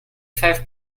five